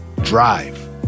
drive